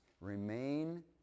remain